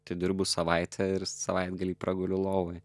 tedirbu savaitę ir savaitgalį praguliu lovoj